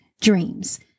dreams